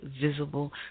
visible